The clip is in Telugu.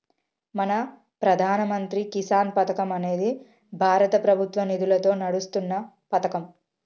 మన ప్రధాన మంత్రి కిసాన్ పథకం అనేది భారత ప్రభుత్వ నిధులతో నడుస్తున్న పతకం